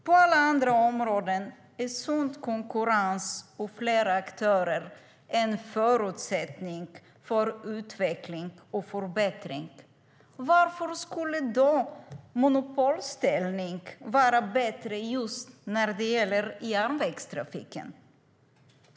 På alla andra områden är sund konkurrens och fler aktörer en förutsättning för utveckling och förbättring. Varför skulle en monopolställning vara bättre när det gäller just järnvägstrafiken?